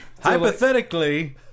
Hypothetically